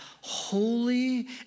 holy